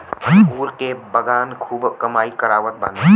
अंगूर के बगान खूब कमाई करावत बाने